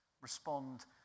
respond